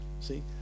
see